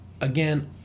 again